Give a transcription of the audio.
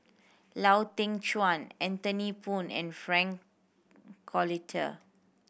Lau Teng Chuan Anthony Poon and Frank Cloutier